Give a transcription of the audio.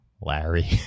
Larry